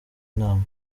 inama